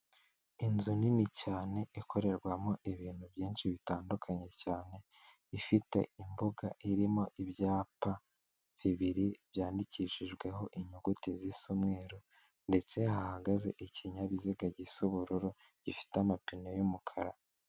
Inzu nini cyane ikorerwamo ibintu byinshi bitandukanye cyane, ifite imbuga irimo ibyapa bibiri byandikishijweho inyuguti zisa umweru ndetse hahagaze ikinyabiziga gisa ubururu gifite amapine y'umukara.